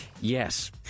Yes